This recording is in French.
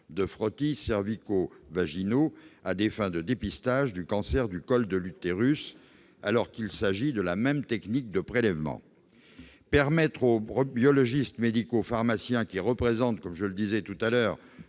de frottis cervico-vaginaux à des fins de dépistage du cancer du col de l'utérus, alors qu'il s'agit de la même technique de prélèvement. Permettre aux biologistes médicaux pharmaciens, qui représentent 75 % des biologistes médicaux,